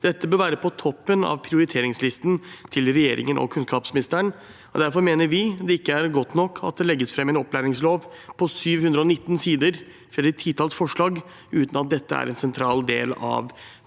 Dette bør være på toppen av prioriteringslisten til regjeringen og kunnskapsministeren. Derfor mener vi det ikke er godt nok at det legges fram en opplæringslov på 719 sider eller titalls forslag uten at dette er en sentral del av